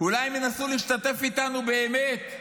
אולי הם ינסו להשתתף איתנו באמת,